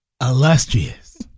Illustrious